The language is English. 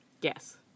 Yes